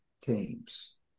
teams